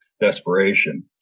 desperation